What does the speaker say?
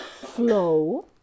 flow